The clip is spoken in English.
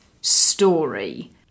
story